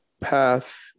path